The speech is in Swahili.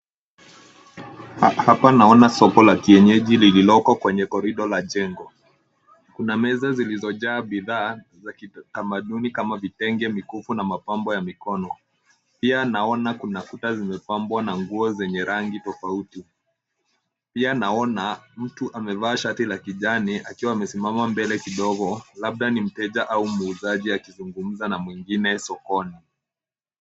Hapa naona soko la kienyeji lililoko kwenye korido la jengo. Kuna meza zilizojaa bidhaa za kitamaduni kama vitenge, mikufu na mapambo ya mikono. Pia naona kuna kuta zimepambwa na nguo zenye rangi tofauti. Pia naona mtu amevaa shati la kijani akiwa amesimama mbele kidogo, labda ni mteja au muuzaji akizungumza na mwingine sokoni.